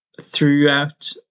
Throughout